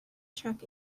check